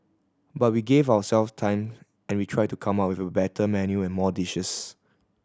but we gave ourselves time and we tried to come up with a better menu and more dishes